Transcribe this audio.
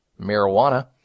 marijuana